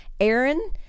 Aaron